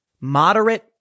moderate